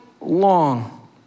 long